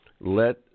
let